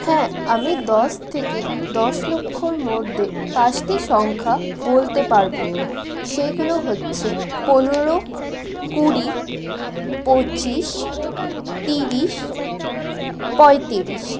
হ্যাঁ আমি দশ থেকে দশ লক্ষর মধ্যে পাঁচটি সংখ্যা বলতে পারবো সেইগুলো হচ্ছে পনেরো কুড়ি পঁচিশ তিরিশ পঁয়তিরিশ